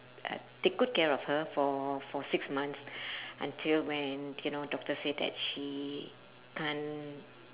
uh take good care of her for for six months until when you know doctor say that she can't